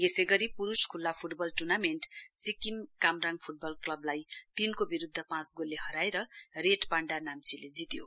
यसै गरी प्रूष ख्ल्ला football tournament Sikkim Kamrang football क्लबलाई तीनको विरूद्ध पाँच गोलले हराएर रेड पाण्डा नाम्चीले जित्यो